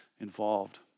involved